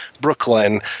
Brooklyn